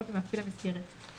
או למפעיל מסגרת,